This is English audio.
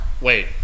Wait